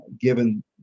given